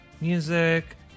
music